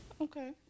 Okay